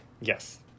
Yes